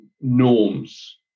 norms